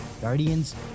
guardians